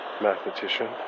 mathematician